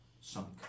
sunk